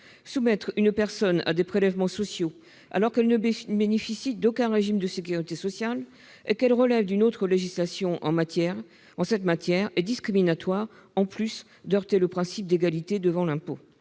Soumettre une personne à des prélèvements sociaux alors qu'elle ne bénéficie d'aucun régime de sécurité sociale et qu'elle relève d'une autre législation en cette matière est discriminatoire, en plus de heurter le principe d'égalité devant l'impôt.